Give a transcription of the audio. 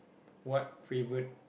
what favorite